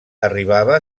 arribava